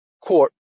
court